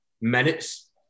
minutes